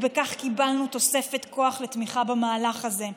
ובכך קיבלנו תוספת כוח לתמיכה במהלך הזה.